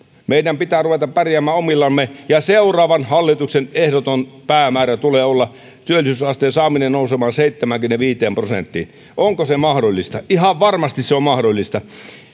meidän pitää ruveta pärjäämään omillamme ja seuraavan hallituksen ehdottoman päämäärän tulee olla työllisyysasteen saaminen nousemaan seitsemäänkymmeneenviiteen prosenttiin onko se mahdollista ihan varmasti se on mahdollista